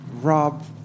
rob